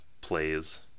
plays